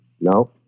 No